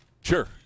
Sure